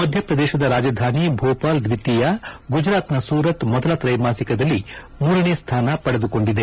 ಮಧ್ಯಪ್ರದೇಶದ ರಾಜಧಾನಿ ಭೋಪಾಲ್ ದ್ವಿತೀಯ ಗುಜರಾತ್ನ ಸೂರತ್ ಮೊದಲ ತ್ರೈಮಾಸಿಕದಲ್ಲಿ ಮೂರನೇ ಸ್ವಾನ ಪಡೆದುಕೊಂಡಿದೆ